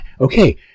okay